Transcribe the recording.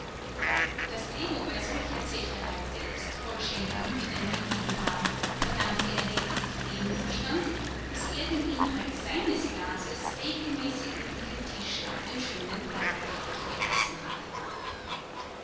daß leo bei solcher zecherei selbst vollständig nüchtern geblieben war verdankte er lediglich dem umstand daß er den inhalt seines glases regelmäßig unter den tisch auf den schönen perserteppich gegossen hatte